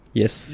yes